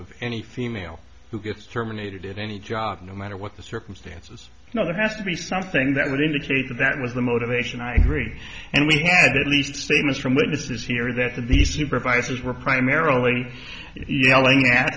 of any female who gets terminated in any job no matter what the circumstances no there has to be something that would indicate that that was the motivation i agreed and we leased statements from witnesses here that the supervisors were primarily yelling at